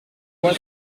boit